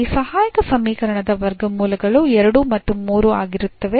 ಈ ಸಹಾಯಕ ಸಮೀಕರಣದ ವರ್ಗಮೂಲಗಳು 2 ಮತ್ತು 3 ಆಗಿರುತ್ತವೆ